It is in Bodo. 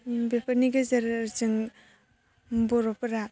बेफोरनि गेजेरजों बर'फोरा